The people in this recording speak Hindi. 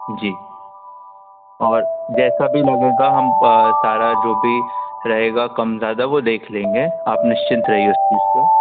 जी और जैसा भी लगेगा हम सारा जो भी रहेगा कम ज़्यादा वह देख लेंगे आप निश्चिंत रहिए उस चीज़ से